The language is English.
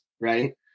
right